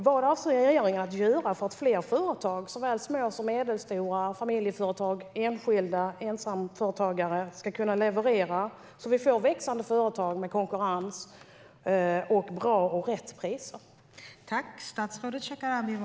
Vad avser regeringen att göra för att fler företag, såväl små som medelstora, familjeföretag, ensamföretagare, ska kunna leverera så att företag växer i en konkurrens som leder till bra och riktiga priser?